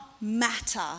matter